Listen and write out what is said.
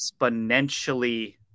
exponentially